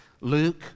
Luke